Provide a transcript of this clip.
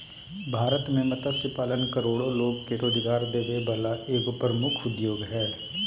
भारत में मत्स्य पालन करोड़ो लोग के रोजगार देबे वला एगो प्रमुख उद्योग हइ